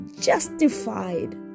justified